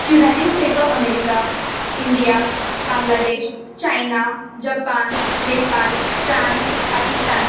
United States of America India Bangladesh China Japan Nepal France Pakistan